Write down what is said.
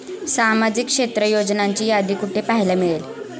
सामाजिक क्षेत्र योजनांची यादी कुठे पाहायला मिळेल?